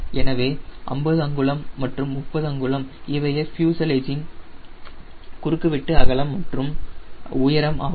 எனவே 50 அங்குலம் மற்றும் 30 அங்குலம் இவையே ஃப்யூசலேஜின் குறுக்குவெட்டு அகலம் மற்றும் உயரம் ஆகும்